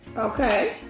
okay.